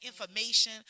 information